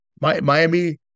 Miami